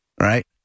Right